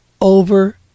over